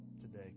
today